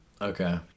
Okay